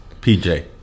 PJ